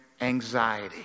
anxiety